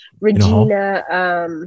Regina